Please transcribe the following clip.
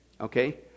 okay